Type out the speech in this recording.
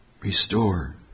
restore